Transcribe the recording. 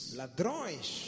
ladrões